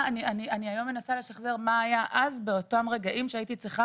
אני היום מנסה לשחזר מה היה אז באותם רגעים שהייתי צריכה